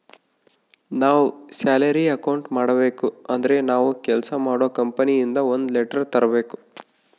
ನಾವ್ salary account ಮಾಡಬೇಕು ಅಂದ್ರೆ ನಾವು ಕೆಲ್ಸ ಮಾಡೋ ಕಂಪನಿ ಇಂದ ಒಂದ್ ಲೆಟರ್ ತರ್ಬೇಕು